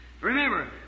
Remember